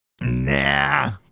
Nah